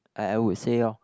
I I would say lor